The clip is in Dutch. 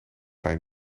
pijn